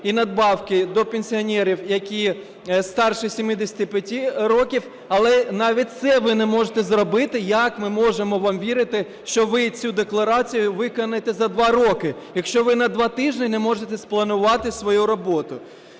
і надбавки для пенсіонерів, які старше 75 років, але навіть це ви не можете зробити? Як ми можемо вам вірити, що ви цю декларацію виконаєте за два роки, якщо ви на два тижні не можете спланувати свою роботу?